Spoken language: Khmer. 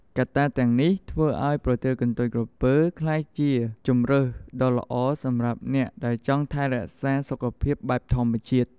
កត្តាទាំងនេះធ្វើឲ្យប្រទាលកន្ទុយក្រពើក្លាយជាជម្រើសដ៏ល្អសម្រាប់អ្នកដែលចង់ថែរក្សាសុខភាពបែបធម្មជាតិ។